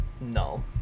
No